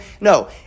no